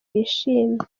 bishimye